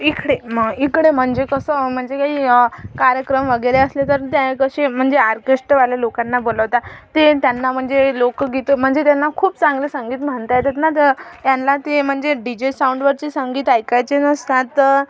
इकडे म इकडे म्हणजे कसं म्हणजे काही कार्यक्रम वगैरे असले तर ते कसे म्हणजे आरकिस्टवाले लोकांना बोलवता ते त्यांना म्हणजे लोकगीतं म्हणजे त्यांना खूप चांगलं संगीत म्हणता येतात ना तर त्यानला ते म्हणजे डी जे साऊंडवरचे संगीत ऐकायचे नसतात तर